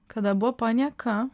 kada buvo panieka